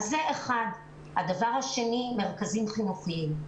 דבר שני, מרכזים חינוכיים.